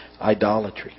idolatry